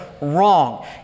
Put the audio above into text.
wrong